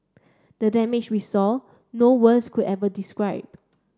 the damage we saw no words could ever describe